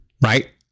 right